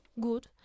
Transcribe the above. good